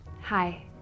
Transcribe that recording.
Hi